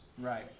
Right